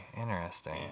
Interesting